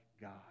God